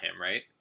right